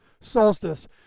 solstice